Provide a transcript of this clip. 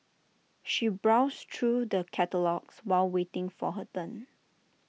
she browsed through the catalogues while waiting for her turn